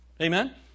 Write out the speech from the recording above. Amen